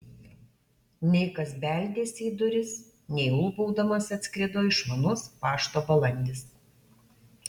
nei kas beldėsi į duris nei ulbaudamas atskrido išmanus pašto balandis